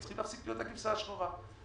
והם צריכים להפסיק להיות הכבשה השחורה.